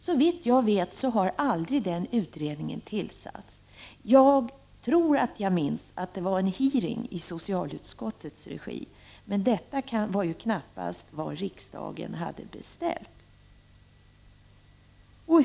Såvitt jag vet har den utredningen aldrig tillsatts. Jag tror att jag minns att det var en hearing i socialutskottets regi. Men detta var ju knappast vad riksdagen hade beställt.